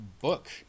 book